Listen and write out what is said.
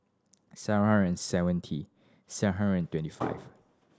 seven hundred and seventy seven hundred and twenty five